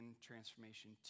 transformation